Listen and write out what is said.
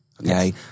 okay